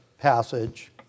passage